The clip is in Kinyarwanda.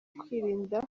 kwirinda